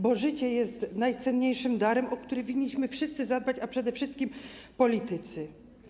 Bo życie jest najcenniejszym darem, o który winniśmy wszyscy zadbać, a przede wszystkim politycy.